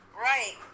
right